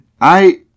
I